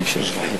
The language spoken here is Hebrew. בבקשה.